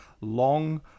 long